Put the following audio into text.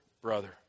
brother